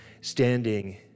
standing